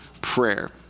prayer